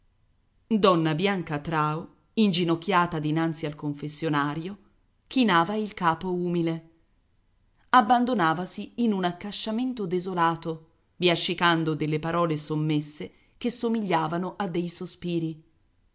donna bianca trao inginocchiata dinanzi al confessionario chinava il capo umile abbandonavasi in un accasciamento desolato biascicando delle parole sommesse che somigliavano a dei sospiri